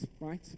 right